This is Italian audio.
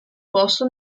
posto